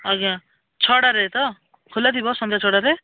ଆଜ୍ଞା ଛଅଟାରେ ତ ଖୋଲାଥିବ ସନ୍ଧ୍ୟା ଛଅଟାରେ